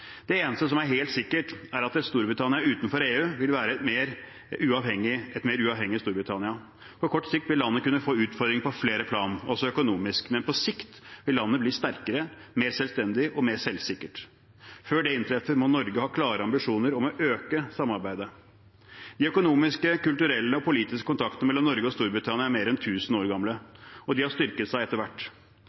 Det eneste som er helt sikkert, er at et Storbritannia utenfor EU vil være et mer uavhengig Storbritannia. På kort sikt vil landet kunne få utfordringer på flere plan, også økonomisk, men på lang sikt vil landet bli sterkere, mer selvstendig og mer selvsikkert. Før det inntreffer, må Norge ha klare ambisjoner om å øke samarbeidet. De økonomiske, kulturelle og politiske kontaktene mellom Norge og Storbritannia er mer enn 1 000 år gamle, og de har styrket seg etter hvert.